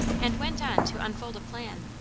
and went on to unfold a plan.